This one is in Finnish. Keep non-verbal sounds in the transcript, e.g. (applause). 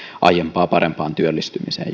aiempaa parempaan työllistymiseen (unintelligible)